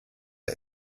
der